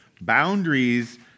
Boundaries